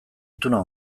ituna